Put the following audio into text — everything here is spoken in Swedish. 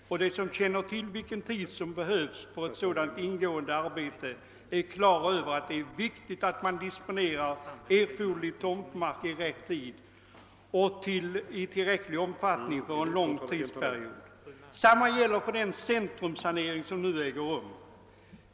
För den som känner till vilken tid som behövs för ett sådant ingående arbete står det klart att det är viktigt att erforderlig tomtmark disponeras i rätt tid och i tillräcklig omfattning för en lång tidsperiod. Samma gäller för den centrumsanering som nu äger rum.